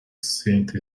city